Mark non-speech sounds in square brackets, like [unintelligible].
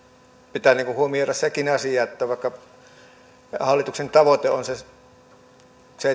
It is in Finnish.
pitää huomioida sekin asia että vaikka hallituksen tavoite on se se [unintelligible]